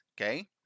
okay